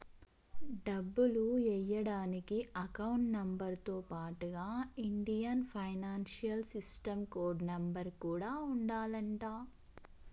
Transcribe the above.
డబ్బులు ఎయ్యడానికి account number తో పాటుగా Indian financial system code number కూడా ఉండాలంట